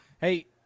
Hey